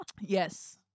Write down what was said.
Yes